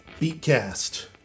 Beatcast